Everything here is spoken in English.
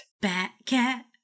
Bat-Cat